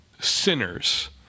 sinners